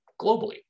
globally